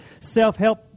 self-help